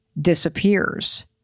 disappears